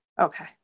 Okay